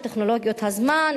לטכנולוגיות הזמן,